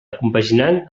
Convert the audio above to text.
compaginant